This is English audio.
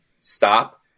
stop